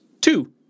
Two